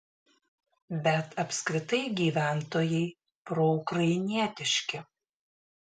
bet apskritai gyventojai proukrainietiški